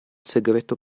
segreto